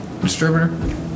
distributor